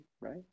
right